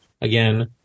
again